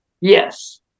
Yes